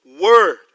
word